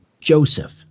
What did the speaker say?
Joseph